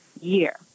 year